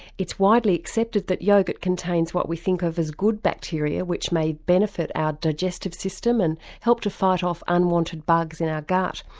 it's widely accepted that yoghurt contains what we think of as good bacteria which may benefit our digestive system and help to fight off unwanted bugs in our gut.